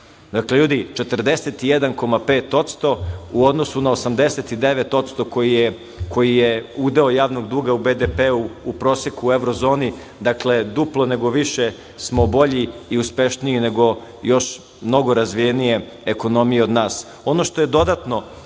Dakle, ljudi, 41,5% u odnosu na 89% koji je udeo javnog duga u BDP u proseku u evrozoni, dakle, duplo nego više smo bolji i uspešniji nego još mnogo razvijenije ekonomije od nas. Ono